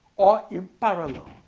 or in parallel.